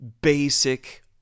basic